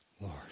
Lord